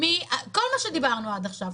כל מה שדיברנו עד עכשיו,